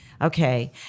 Okay